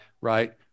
right